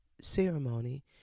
ceremony